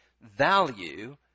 value